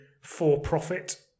for-profit